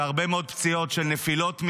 הרבה מאוד פציעות של נפילות מהליכונים,